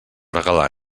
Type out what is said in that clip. regalar